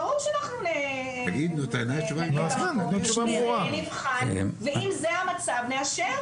ברור שאנחנו נגיע למקום ונבחן ואם זה המצב נאשר.